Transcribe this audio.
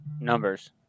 numbers